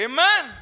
Amen